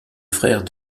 frère